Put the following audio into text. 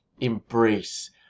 embrace